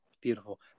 Beautiful